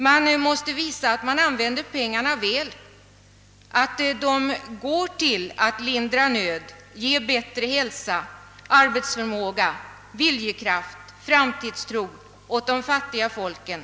Man måste visa att man använder pengarna väl, att de går till att lindra nöd, ge bättre hälsa, arbetsförmåga, viljekraft och framtidstro åt de fattiga folken.